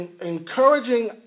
encouraging